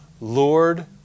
Lord